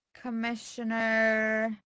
Commissioner